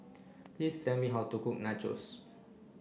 please tell me how to cook Nachos